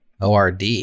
ORD